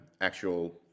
actual